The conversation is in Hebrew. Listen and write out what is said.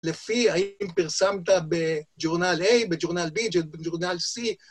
לפי, האם פרסמת בג'ורנל A, בג'ורנל B, בג'ורנל C